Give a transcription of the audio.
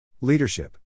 Leadership